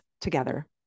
together